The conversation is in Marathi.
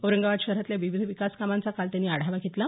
औरंगाबाद शहरातल्या विविध विकास कामांचा काल त्यांनी आढावा घेतला